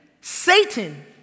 Satan